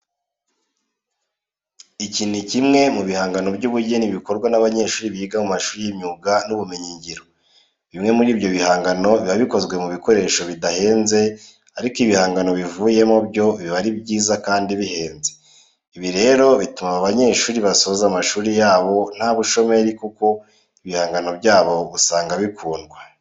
Iki ni kimwe mu bihangano by'ubugeni bikorwa n'abanyeshuri biga mu mashuri y'imyuga n'ibumenyingiro. Bimwe muri ibyo bihangano biba bikozwe mu bikoresho bidahenze ariko ibihangano bivuyemo byo biba ari byiza kandi bihenze. Ibi rero bituma aba banyeshuri basoza amashuri yabo nta bushomeri kuko ibihangano byabo usanga bikundwa.